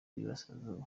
y’iburasirazuba